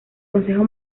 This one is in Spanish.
consejo